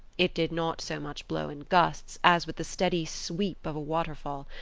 it did not so much blow in gusts as with the steady sweep of a waterfall,